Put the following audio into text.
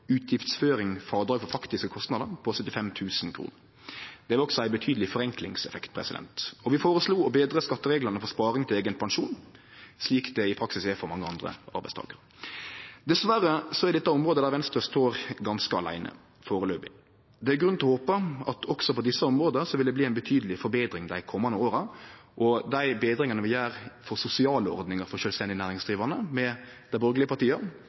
utgiftsføring, frådrag for faktiske kostnader, på 75 000 kroner. Det har også ein betydeleg forenklingseffekt. Og vi føreslo å betre skattereglane for sparing til eigen pensjon, slik det i praksis er for mange andre arbeidstakarar. Dessverre er dette område der Venstre står ganske aleine, foreløpig. Det er grunn til å håpe at også på desse områda vil det bli ei betydeleg forbetring dei komande åra, og dei betringane vi gjer for sosiale ordningar for sjølvstendig næringsdrivande saman med dei borgarlege partia,